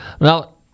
Now